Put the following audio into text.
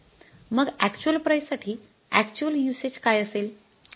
मग actual price साठी actual usage काय असेल